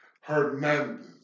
Hernandez